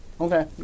Okay